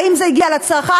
האם זה הגיע לצרכן?